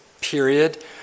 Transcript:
period